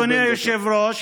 אדוני היושב-ראש,